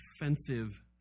offensive